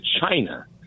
China